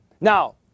Now